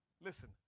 Listen